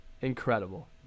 incredible